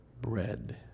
bread